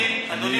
אדוני